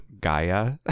Gaia